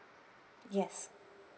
yes